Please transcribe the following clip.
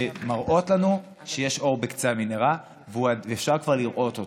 שמראות לנו שיש אור בקצה המנהרה ואפשר כבר לראות אותו.